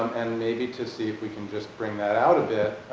and maybe to see if we can just bring that out a bit,